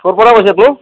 ক'ৰ পৰা কৈছে আপুনি